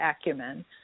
acumen